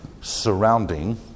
surrounding